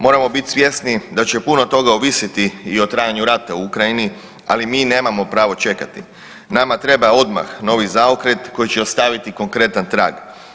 Moramo bit svjesni da će puno toga ovisiti i o trajanju rata u Ukrajini, ali mi nemamo pravo čekati, nama treba odmah novi zaokret koji će ostaviti konkretan trag.